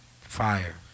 Fire